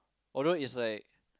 although it's like